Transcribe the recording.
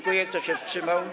Kto się wstrzymał?